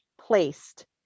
placed